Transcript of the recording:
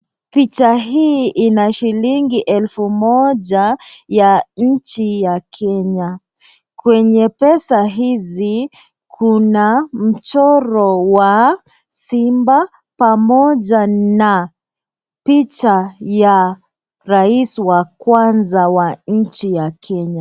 Picha hii ina shilingi elfu moja ya nchinya Kenya kwenye pesa hizi kuna mchoro wa simba pamoja na picha ya rais wa kwanza wa nchi ya Kenya.